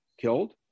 killed